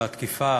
לתקיפה